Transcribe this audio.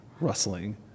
rustling